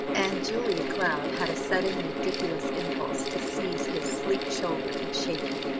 and julia cloud had a sudden ridiculous impulse to seize his sleek shoulder and shake him.